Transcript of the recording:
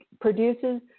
produces